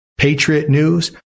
patriotnews